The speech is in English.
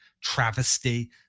travesty